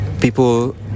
people